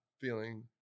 feeling